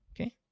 Okay